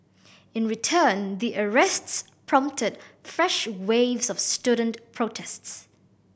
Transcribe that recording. in return the arrests prompted fresh waves of student protests